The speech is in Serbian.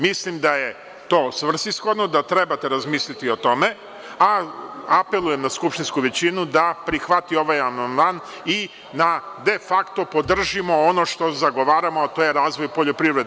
Mislim da je to svrsishodno, da trebate razmisliti i o tome, a apelujem na skupštinsku većinu da prihvati ovaj amandman i da de fakto podržimo ono što zagovaramo, a to je razvoj poljoprivrede.